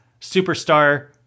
superstar